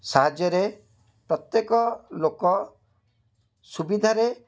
ସାହାଯ୍ୟରେ ପ୍ରତ୍ୟେକ ଲୋକ ସୁବିଧାରେ